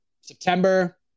September